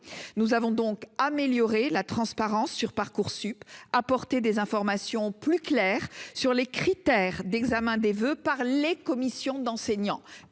Nous avons donc amélioré la transparence de Parcoursup, apporté des informations plus claires sur les critères d'examen des voeux par les commissions d'enseignants-